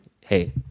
hey